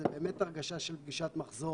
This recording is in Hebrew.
זו באמת הרגשה של פגישת מחזור.